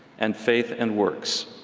and faith and works.